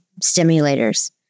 stimulators